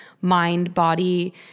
mind-body